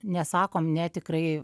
nesakom ne tikrai